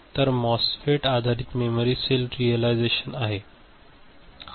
तर मॉस्फेट आधारीत memory cell realisation आहे